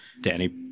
Danny